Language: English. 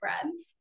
friends